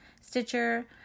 stitcher